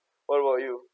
what about you